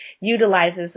utilizes